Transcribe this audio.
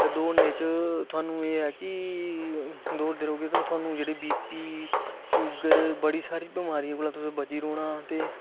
ते दौड़ने च थुहानू एह् है कि दौड़दे रौहगे ते बीपी शुगर बड़ी सारी बिमारी कोला तुसें बची रौहना ते